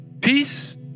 peace